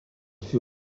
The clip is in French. fut